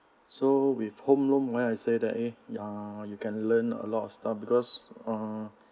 so with home loan when I said eh ya you can learn a lot of stuff because uh